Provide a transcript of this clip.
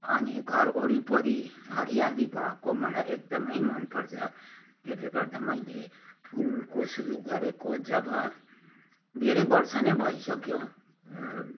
अनि घर वरिपरि हरियाली भएको मलाई एकदमै मन पर्छ त्यसले गर्दा मैले फुलको सुरु गरेको जब धेरै वर्ष नै भइसक्यो